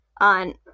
on